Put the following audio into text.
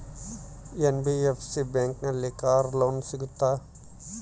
NBFC ಬ್ಯಾಂಕಿನಲ್ಲಿ car loan ಸಿಗುತ್ತಾ?